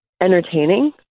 entertaining